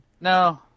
No